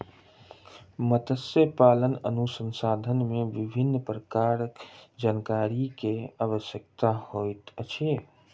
मत्स्य पालन अनुसंधान मे विभिन्न प्रकारक जानकारी के आवश्यकता होइत अछि